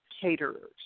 Caterers